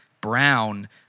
Brown